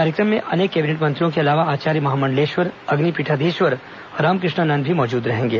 कार्यक्रम में अनेक कैबिनेट मंत्रियों के अलावा आचार्य महामंडलेश्वर अग्नि पीठाधीश्वर रामक ष्णानंद भी मौजूद रहेंगे